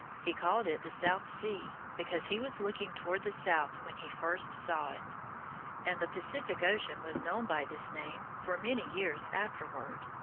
he called it the south sea, because he was looking toward the south when he first saw it and the pacific ocean was known by this name for many years afterward.